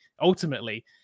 Ultimately